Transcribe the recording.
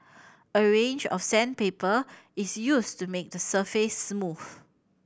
a range of sandpaper is used to make the surface smooth